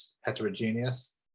heterogeneous